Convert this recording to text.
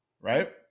right